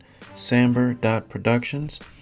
samber.productions